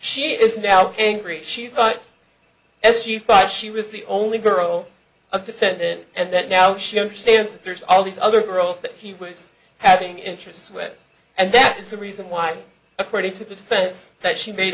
she is now angry she thought as you thought she was the only girl a defendant and that now she understands that there's all these other girls that he was having interests with and that is the reason why according to the defense that she made